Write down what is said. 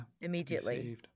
Immediately